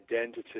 identity